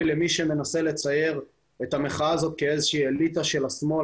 למי שמנסה לצייר את המחאה הזאת כאיזושהי אליטה של השמאל.